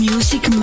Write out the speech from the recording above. Music